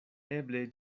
eble